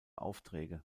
aufträge